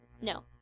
no